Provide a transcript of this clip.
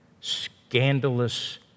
scandalous